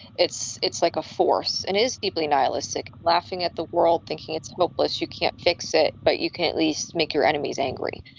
it's it's like a force and is deeply nihilistic. laughing at the world, thinking it's hopeless. you can't fix it, but you can at least make your enemies angry.